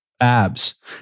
abs